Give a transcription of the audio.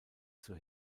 zur